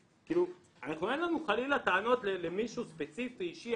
אין לנו חלילה טענות למישהו ספציפי אישי,